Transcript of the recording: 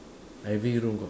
every room got